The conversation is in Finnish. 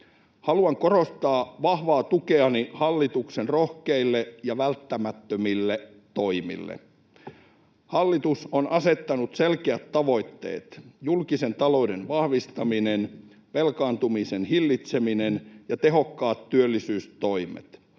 Haluan korostaa vahvaa tukeani hallituksen rohkeille ja välttämättömille toimille. Hallitus on asettanut selkeät tavoitteet: julkisen talouden vahvistaminen, velkaantumisen hillitseminen ja tehokkaat työllisyystoimet.